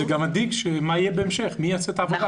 זה גם מדאיג מה יהיה בהמשך ומי יעשה את העבודה.